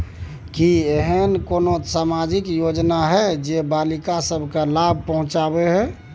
की ऐसन कोनो सामाजिक योजना हय जे बालिका सब के लाभ पहुँचाबय हय?